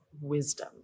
wisdom